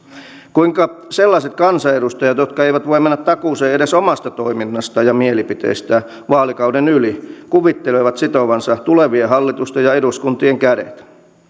kuinka sellaiset kansanedustajat jotka eivät voi mennä takuuseen edes omasta toiminnastaan ja mielipiteistään vaalikauden yli kuvittelevat sitovansa tulevien hallitusten ja eduskuntien kädet